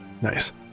nice